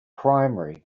primary